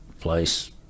place